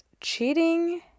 cheating